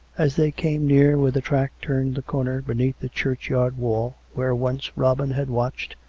as they came near where the track turned the corner beneath the churchyard wall, where once robin had watched,